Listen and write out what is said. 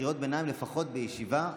קריאות ביניים לפחות בישיבה,